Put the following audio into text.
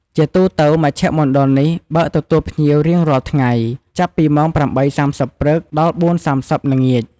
ជាទូទៅមជ្ឈមណ្ឌលនេះបើកទទួលភ្ញៀវ រៀងរាល់ថ្ងៃ ចាប់ពីម៉ោង ៨:៣០ ព្រឹក ដល់ ៤:៣០ ល្ងាច ។